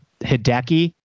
Hideki